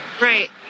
Right